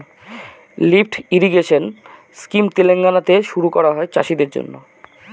lift irrigation scheme তেলেঙ্গানাতে শুরু করা হয় চাষীদের জন্য